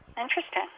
Interesting